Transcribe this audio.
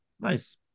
nice